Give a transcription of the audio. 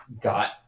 got